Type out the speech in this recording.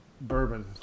bourbon